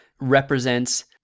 represents